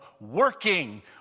working